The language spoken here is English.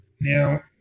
Now